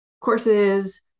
courses